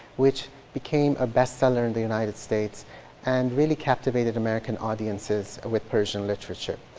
which became a bestseller in the united states and really captivated american audiences with persian literature.